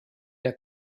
der